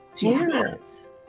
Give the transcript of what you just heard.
parents